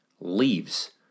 leaves